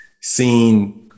seen